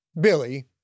Billy